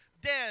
dead